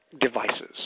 devices